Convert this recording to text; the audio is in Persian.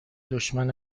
دشمن